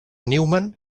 newman